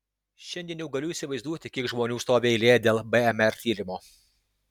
šiandien jau galiu įsivaizduoti kiek žmonių stovi eilėje dėl bmr tyrimo